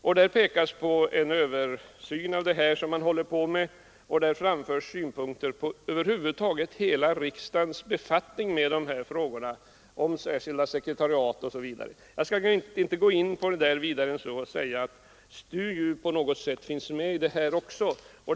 I den nämnda skrivelsen pekas på att det pågår en översyn av dessa frågor; det framförs synpunkter på riksdagens hela befattning med dem, särskilda sekretariat osv. Jag skall inte gå djupare in på det än att jag anför att STU finns med också där.